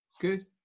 Good